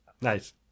Nice